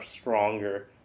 stronger